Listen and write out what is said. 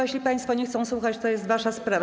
Jeśli państwo nie chcą słuchać, to jest wasza sprawa.